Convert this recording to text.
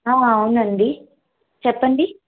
అవునండి చెప్పండి